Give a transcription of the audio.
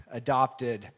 adopted